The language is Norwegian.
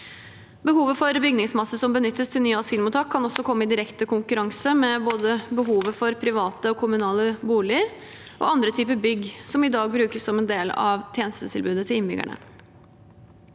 Behovet for bygningsmasse som benyttes til nye asylmottak, kan også komme i direkte konkurranse med behovet for både private og kommunale boliger og andre typer bygg som i dag brukes som en del av tjenestetilbudet til innbyggerne.